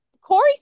Corey